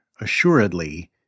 assuredly